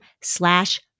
slash